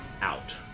out